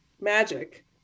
magic